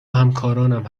همکارانم